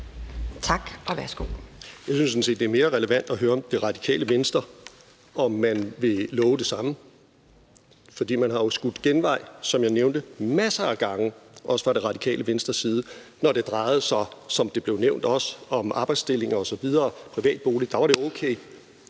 Tak, og værsgo.